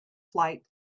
flight